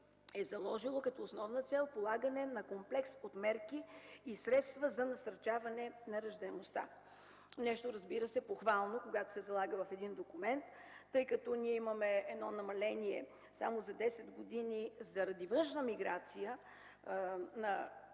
е заложило като основна цел полагане на комплекс от мерки и средства за насърчаване на раждаемостта. Нещо, разбира се, похвално, когато се залага в един документ, тъй като имаме едно намаление само за десет години заради външна миграция на